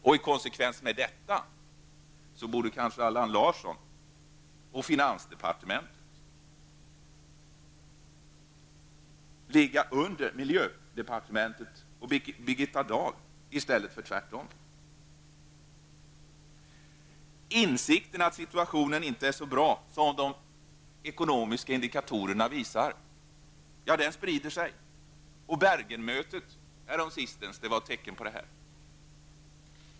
I konsekvens med detta borde kanske Allan Larsson och finansdepartementet ligga under miljödepartementet och Birgitta Dahl i stället för tvärtom. Insikten att situationen inte är så bra som de ekonomiska indikatorerna visar sprider sig. Bergen-mötet var ett tecken på detta.